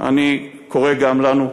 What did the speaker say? אני קורא גם לנו,